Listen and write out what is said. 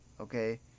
Okay